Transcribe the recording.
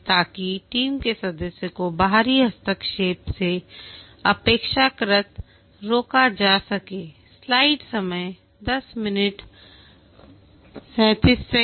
ताकि टीम के सदस्यों को बाहरी हस्तक्षेप से अपेक्षाकृत रोका जा सके